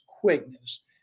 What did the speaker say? quickness